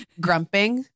grumping